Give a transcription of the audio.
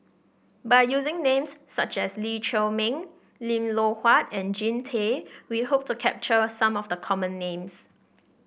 by using names such as Lee Chiaw Meng Lim Loh Huat and Jean Tay we hope to capture some of the common names